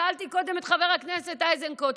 שאלתי קודם את חבר הכנסת איזנקוט,